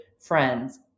friends